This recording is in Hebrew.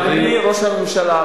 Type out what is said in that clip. אדוני ראש הממשלה,